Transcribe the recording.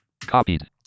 Copied